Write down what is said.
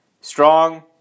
Strong